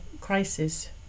crisis